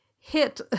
hit